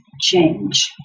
change